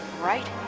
Right